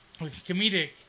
Comedic